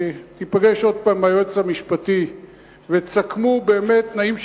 שתיפגש עוד פעם עם היועץ המשפטי ותסכמו באמת תנאים שוויוניים.